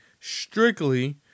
strictly